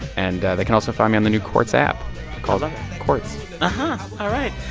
and they can also find me on the new quartz app called quartz uh-huh. all right.